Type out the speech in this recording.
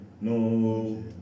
No